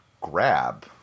grab